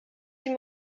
dem